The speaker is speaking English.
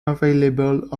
available